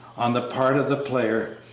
on the part of the player.